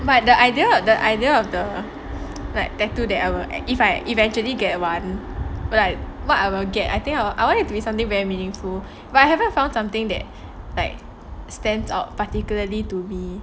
but the idea of the idea of the tattoo that I will if I eventually get one but like what I will get I think I will want it to be something very meaningful but I haven't found something that like stands out particularly to me